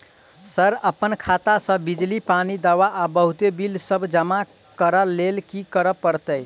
Sir अप्पन खाता सऽ बिजली, पानि, दवा आ बहुते बिल सब जमा करऽ लैल की करऽ परतै?